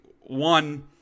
one